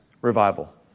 revival